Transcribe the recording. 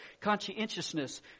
conscientiousness